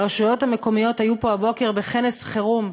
הרשויות המקומיות היו פה הבוקר בכנס חירום.